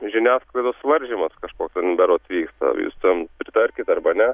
žiniasklaidos varžymas kažkoks ten berods vyksta jūs tam pritarkit arba ne